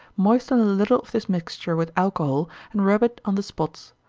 moisten a little of this mixture with alcohol, and rub it on the spots.